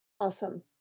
Awesome